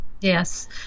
yes